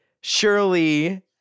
surely